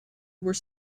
were